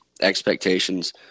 expectations